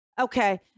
okay